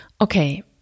Okay